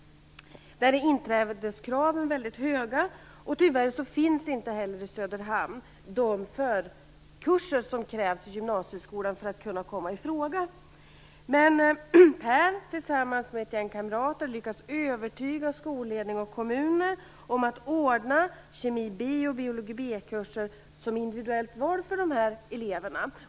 Där är inträdeskraven väldigt höga, och tyvärr finns inte i gymnasieskolan i Söderhamn de förkurser som krävs för att man skall kunna komma i fråga. Men Per har tillsammans med en kamrat lyckats övertyga skolledning och kommuner om att ordna kemi B och biologi B-kurser som individuellt val för eleverna.